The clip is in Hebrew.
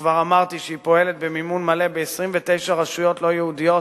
שכבר אמרתי שהיא פועלת במימון מלא ב-29 רשויות לא יהודיות,